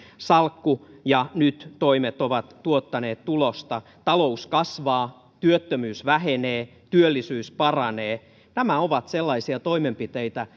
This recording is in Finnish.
salkku ja nyt toimet ovat tuottaneet tulosta talous kasvaa työttömyys vähenee työllisyys paranee nämä ovat sellaisia toimenpiteitä